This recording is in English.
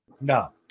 No